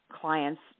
client's